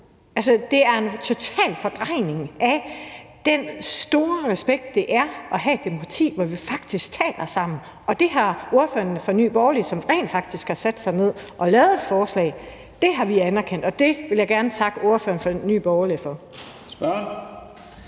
her er en total fordrejning og mangel på respekt for, at vi har demokrati, hvor vi faktisk taler sammen. Ordføreren for Nye Borgerlige har rent faktisk sat sig ned og lavet et forslag, og det har vi anerkendt, og det vil jeg gerne sige tak til ordføreren for Nye Borgerlige for.